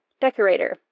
decorator